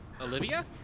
Olivia